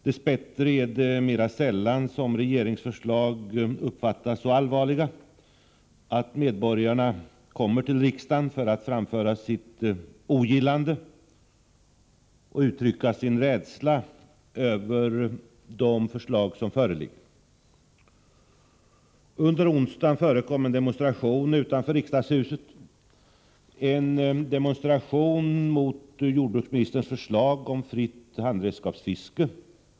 Dess bättre är det mera sällan som regeringens förslag uppfattas som så allvarliga att medborgarna kommer till riksdagen för att framföra sitt ogillande och uttrycka sin rädsla över de förslag som föreligger. Under onsdagen förekom dock en demonstration utanför riksdagshuset, en demonstration mot jordbruksministerns förslag om fritt handredskapsfiske.